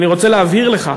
אני גם רוצה להבהיר לך,